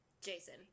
jason